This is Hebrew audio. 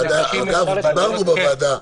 דיברנו בוועדה,